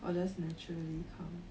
or just naturally come